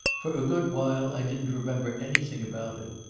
for a good while i didn't remember anything about it.